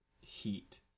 heat